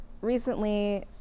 recently